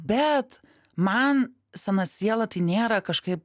bet man sena siela tai nėra kažkaip